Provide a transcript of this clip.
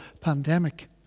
pandemic